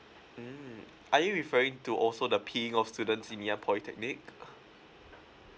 mm are you referring to also the of students in ngee ann polytechnic